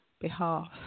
behalf